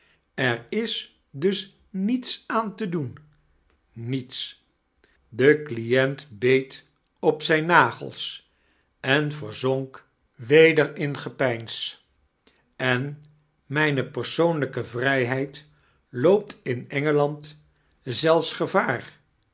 er is dus niets aan te doen niets de client beet op zijn nagels en verzonk weder in gepeins en mijne persc-onlijke vrijheid loopt in engeland zelfs gevaar